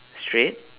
straight